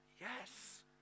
yes